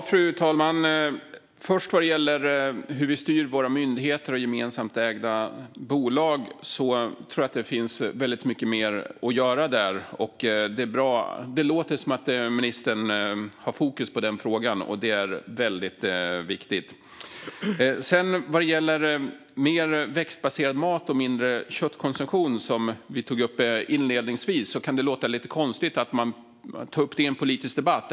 Fru talman! Vad gäller hur våra myndigheter och gemensamt ägda bolag styrs tror jag att det finns mycket mer att göra där. Det låter som att ministern har fokus på den frågan. Det är viktigt. Vad gäller mer växtbaserad mat och mindre köttkonsumtion, som vi tog upp inledningsvis, kan det verka lite konstigt att ta upp det i en politisk debatt.